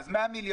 אז 100 מיליון.